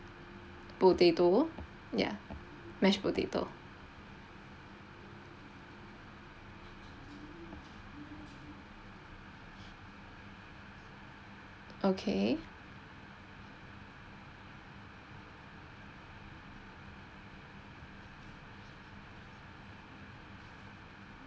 potato ya mashed potato okay